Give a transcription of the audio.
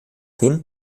hin